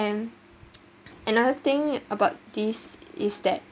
and another thing about this is that